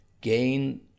gain